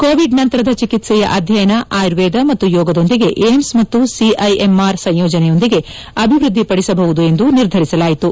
Covid ನಂತರದ ಚಿಕಿತ್ಸೆಯ ಅಧ್ಯಯನ ಆಯುರ್ವೇದ ಮತ್ತು ಯೋಗದೊಂದಿಗೆ ಏಮ್ಬ್ ಮತ್ತು ಸಿಐಎಮ್ಆರ್ ಸಂಯೋಜನೆಯೊಂದಿಗೆ ಅಭಿವೃದ್ದಿಪದಿಸಬಹುದು ಎಂದು ನಿರ್ಧರಿಸಲಾಯಿತು